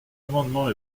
amendement